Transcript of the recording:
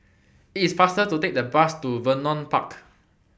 IT IS faster to Take The Bus to Vernon Park